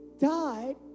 died